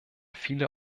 viele